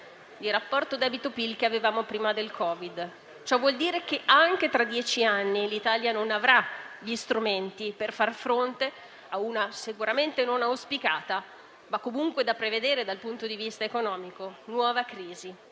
di rapporto debito-PIL che avevamo prima del Covid-19. Ciò vuol dire che anche tra dieci anni l'Italia non avrà gli strumenti per far fronte a una sicuramente non auspicata, ma comunque da prevedere dal punto di vista economico, nuova crisi.